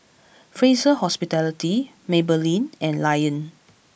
Fraser Hospitality Maybelline and Lion